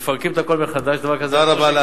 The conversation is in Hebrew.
מפרקים את הכול מחדש, תודה רבה.